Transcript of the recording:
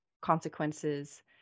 consequences